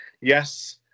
Yes